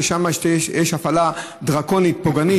ששם יש הפעלה דרקונית,